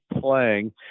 playing